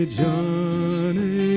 Johnny